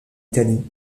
italie